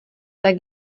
tak